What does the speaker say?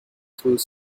through